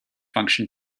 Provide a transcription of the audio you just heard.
function